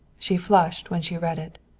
she flushed when she read it.